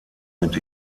mit